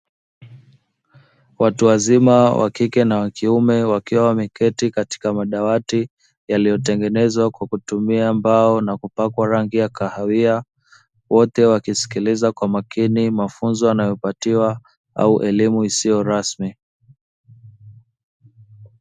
Watuwazima wakike na wa kiume wakiwa wameketi katika madawati yaliyotengenezwa kwa kutumia mbao na kupakwa rangi ya kahawia, wote wakisikiliza kwa makini mafunzo wanayopatiwa au elimu isiyo rasmi.